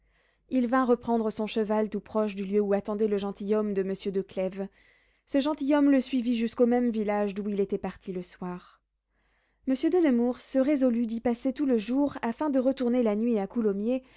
il vint reprendre son cheval tout proche du lieu où attendait le gentilhomme de monsieur de clèves ce gentilhomme le suivit jusqu'au même village d'où il était parti le soir monsieur de nemours se résolut d'y passer tout le jour afin de retourner la nuit à coulommiers